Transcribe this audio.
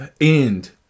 end